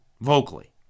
Vocally